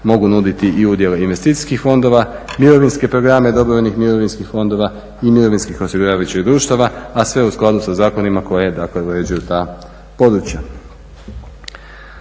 mogu nuditi i udjele investicijskih fondova, mirovinske programe dobrovoljnih mirovinskih fondova i mirovinskih osiguravajućih društava a sve u skladu sa zakonima koji dakle uređuju ta područja.